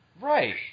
Right